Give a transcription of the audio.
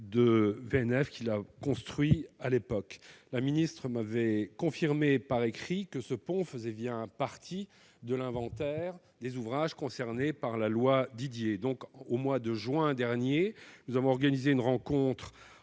de la part de VNF. Mme la ministre m'avait confirmé par écrit que ce pont faisait bien partie de l'inventaire des ouvrages concernés par la loi Didier. Au mois de juin dernier, nous avons organisé une rencontre